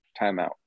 timeout